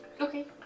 Okay